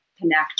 connect